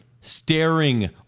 staring